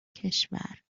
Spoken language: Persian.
کشور